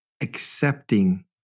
accepting